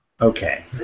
Okay